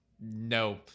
no